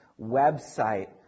website